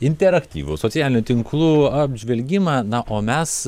interaktyvų socialinių tinklų apžvelgimą na o mes